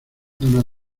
zona